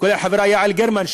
כולל החברה יעל גרמן,